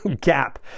gap